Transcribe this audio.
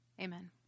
Amen